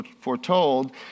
foretold